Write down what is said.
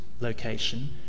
location